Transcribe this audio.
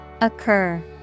occur